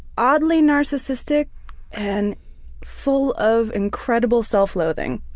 oddly narcissistic and full of incredible self-loathing.